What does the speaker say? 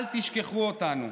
אל תשכחו אותנו.